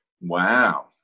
wow